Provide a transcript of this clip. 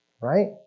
right